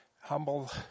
humble